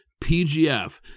PGF